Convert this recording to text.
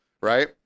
right